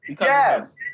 yes